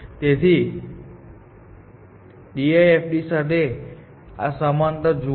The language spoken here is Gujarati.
તેથી તમે DFID સાથે આ સમાનતા જુઓ છો